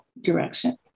direction